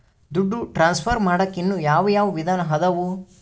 ದುಡ್ಡು ಟ್ರಾನ್ಸ್ಫರ್ ಮಾಡಾಕ ಇನ್ನೂ ಯಾವ ಯಾವ ವಿಧಾನ ಅದವು?